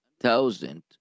thousand